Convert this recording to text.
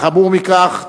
וחמור מכך,